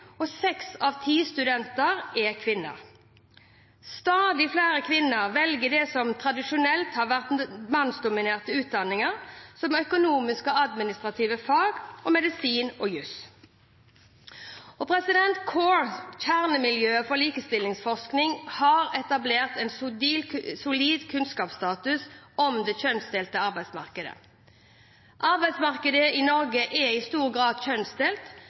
Seks av ti studenter er kvinner. Stadig flere kvinner velger det som tradisjonelt har vært mannsdominerte utdanninger, som økonomiske og administrative fag, medisin og jus. CORE – kjernemiljø for likestillingsforskning har etablert en solid kunnskapsstatus om det kjønnsdelte arbeidsmarkedet. Arbeidsmarkedet i Norge er i stor grad kjønnsdelt,